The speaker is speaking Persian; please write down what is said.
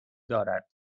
دارد